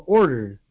ordered